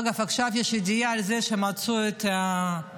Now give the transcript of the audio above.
אגב, עכשיו יש ידיעה על זה שמצאו את גופתו.